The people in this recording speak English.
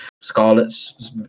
Scarlet's